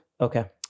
Okay